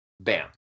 Bam